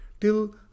till